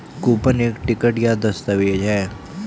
coupon एक ticket या दस्तावेज़ है